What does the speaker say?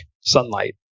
sunlight